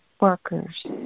workers